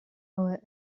our